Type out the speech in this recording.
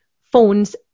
phones